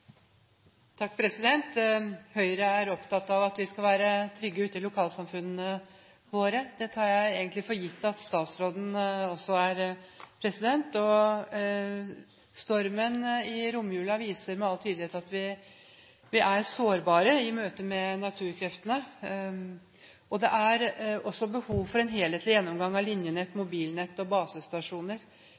Høyre er opptatt av at vi skal være trygge ute i lokalsamfunnene våre. Det tar jeg egentlig for gitt at statsråden også er. Stormen i romjula viser med all tydelighet at vi er sårbare i møte med naturkreftene. Det er også behov for en helhetlig gjennomgang av linjenett, mobilnett og basestasjoner